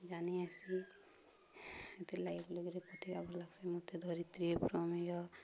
ଜାନି ଆସି ହେତିର୍ ଲାଗି ଲାଗ୍ସି ମୋତେ ଧରିତ୍ରୀ ପ୍ରମେୟ